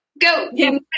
go